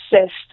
assist